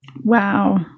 Wow